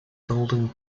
golden